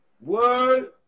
Word